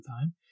time